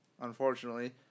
unfortunately